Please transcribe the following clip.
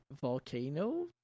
volcano